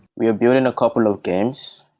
we are building a couple of games.